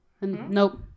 Nope